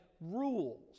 rules